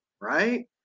right